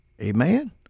Amen